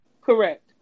Correct